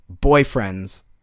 boyfriend's